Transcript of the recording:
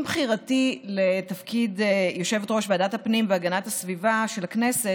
עם בחירתי לתפקיד יושבת-ראש ועדת הפנים והגנת הסביבה של הכנסת,